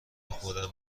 خودم